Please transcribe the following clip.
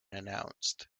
announced